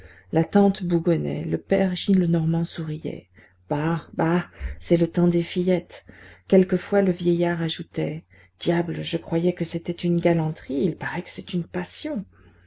la tante bougonnait le père gillenormand souriait bah bah c'est le temps des fillettes quelquefois le vieillard ajoutait diable je croyais que c'était une galanterie il paraît que c'est une passion